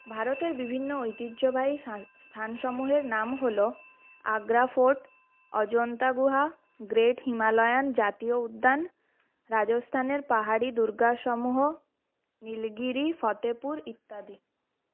ভারতের বিভিন্ন ঐতিহ্যবাহী স্থান সমূহের নাম হল আগ্রা ফোর্ট অজন্তা গুহা গ্রেট হিমালয়ান জাতীয় উদ্যান রাজস্থানের পাহাড়ি দুর্গসমূহ নীলগিরি ফতেপুর ইত্যাদি